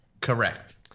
Correct